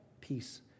peace